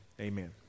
Amen